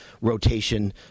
rotation